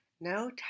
No